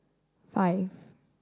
five